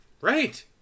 Right